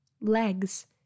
Legs